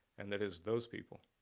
and it is those people